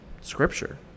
scripture